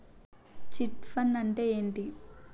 Chit fund అంటే ఏంటి?